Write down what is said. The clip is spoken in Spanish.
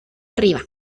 arriba